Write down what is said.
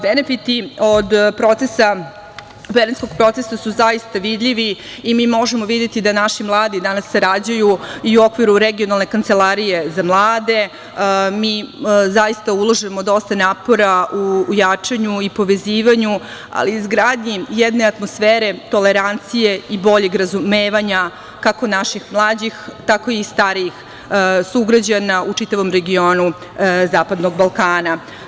Benefiti od Berlinskog procesa su zaista vidljivi i mi možemo videti da naši mladi danas sarađuju i u okviru regionalne Kancelarije za mlade, mi zaista ulažemo dosta napora u jačanju i povezivanju, ali i izgradnji jedne atmosfere, tolerancije i bolje razumevanja, kako naših mlađih, tako i starijih sugrađana u čitavom regionu Zapadnog Balkana.